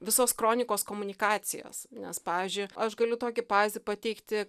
visos kronikos komunikacijos nes pavyzdžiui aš galiu tokį pavyzdį pateikti